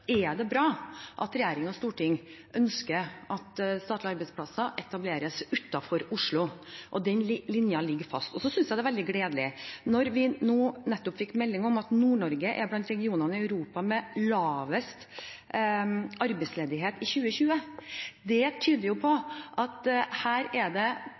synes jeg det er veldig gledelig når vi nå nettopp fikk melding om at Nord-Norge er blant regionene i Europa med lavest arbeidsledighet i 2020. Det tyder på at her er det